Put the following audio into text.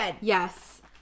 yes